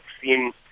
seem